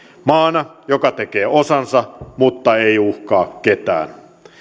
maana joka tekee osansa mutta ei uhkaa ketään